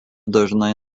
dažnai